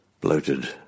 Bloated